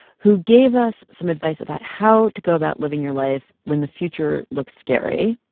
who gave us some advice about how to go about living your life when the future looks scary.